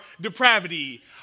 depravity